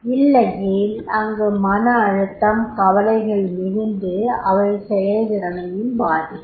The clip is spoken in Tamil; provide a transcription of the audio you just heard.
இல்லையேல் அங்கு மன அழுத்தம் கவலைகள் மிகுந்து அவை செயல்திறனை பாதிக்கும்